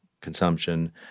consumption